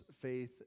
faith